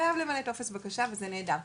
חייב למלא טופס בקשה וזה נהדר,